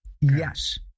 Yes